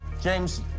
James